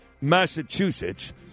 Massachusetts